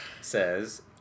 says